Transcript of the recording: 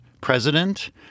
president